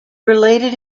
related